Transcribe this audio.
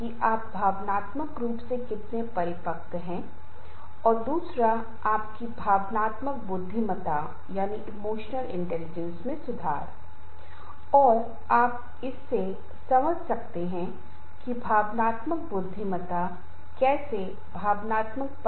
पहले मैं इस बात पर चर्चा करूंगा कि हम संघर्षों के बारे में क्या समझते हैं और फिर आम तौर पर समूह में हमें किन समस्याओं का सामना करना पड़ता है और हमें समूह में कुछ चीजों का प्रदर्शन करना होता है और हम कैसे प्रबंधन कर सकते हैं या हम इन संघर्षों को कैसे हल कर सकते हैं